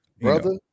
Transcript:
Brother